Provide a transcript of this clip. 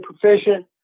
proficient